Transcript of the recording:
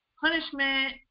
punishment